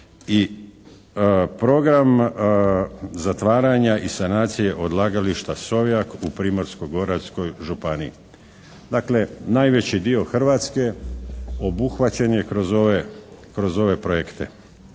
I program zatvaranja i sanacije odlagališta Sovjak u Primorsko-goranskoj županiji. Dakle, najveći dio Hrvatske obuhvaćen je kroz ove projekte.